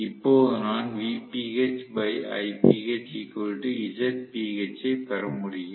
இப்போது நான் ஐப் பெற முடியும்